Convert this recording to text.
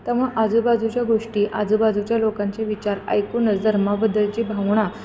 त्यामुळं आजूबाजूच्या गोष्टी आजूबाजूच्या लोकांचे विचार ऐकूनच धर्माबद्दलची भावना